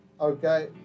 okay